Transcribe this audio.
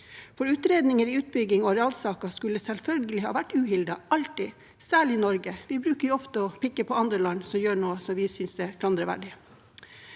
For utredninger i utbyggings- og arealsaker skulle selvfølgelig alltid ha vært uhildet, særlig i Norge. Vi bruker jo ofte å pirke på andre land som gjør noe som vi synes er klanderverdig.